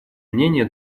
мнения